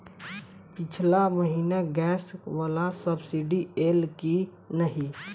पिछला महीना गैस वला सब्सिडी ऐलई की नहि?